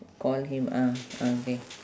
call him ah ah K